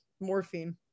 morphine